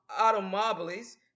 automobiles